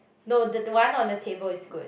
no the the one on the table is good